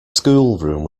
schoolroom